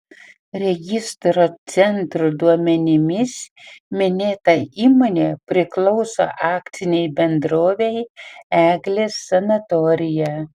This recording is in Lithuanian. registrų centro duomenimis minėta įmonė priklauso akcinei bendrovei eglės sanatorija